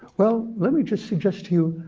well, let me just suggest to you